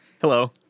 Hello